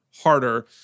harder